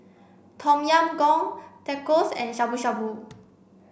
Tom Yam Goong Tacos and Shabu shabu